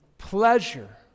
pleasure